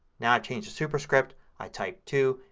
now i change to superscript, i type two,